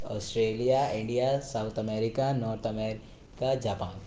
Australia India south America north America Japan